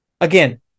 again